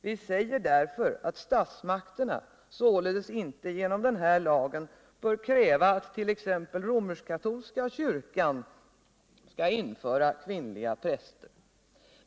Vi framhåller därför att statsmakterna således inte genom denna lag bör kräva att t.ex. romersk-katolska kyrkan skall införa kvinnliga präster.